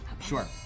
Sure